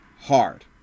hard